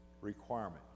requirement